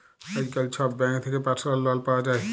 আইজকাল ছব ব্যাংক থ্যাকে পার্সলাল লল পাউয়া যায়